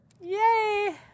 yay